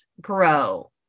grow